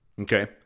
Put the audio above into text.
Okay